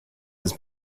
has